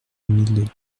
mille